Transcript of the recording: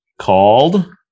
called